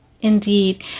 Indeed